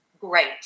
great